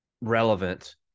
relevant